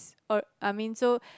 or I mean so